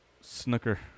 snooker